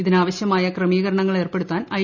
ഇതിനാവശ്യമായ ക്രമീകരണങ്ങൾ ഏർപ്പെടുത്താൻ ഐ